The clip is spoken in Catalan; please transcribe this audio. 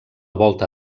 volta